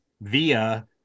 via